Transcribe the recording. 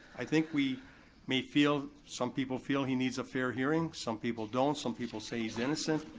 i think we may feel, some people feel he needs a fair hearing, some people don't, some people say he's innocent.